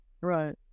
Right